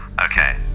Okay